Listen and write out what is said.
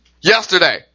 yesterday